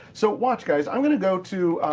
so watch, guys. i'm going to go to.